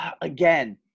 again